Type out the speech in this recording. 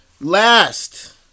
last